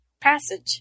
passage